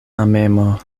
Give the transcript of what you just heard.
amemo